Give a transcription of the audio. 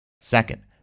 Second